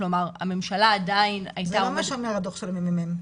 כלומר הממשלה עדיין הייתה--- זה לא משנה הדוח של הממ"מ,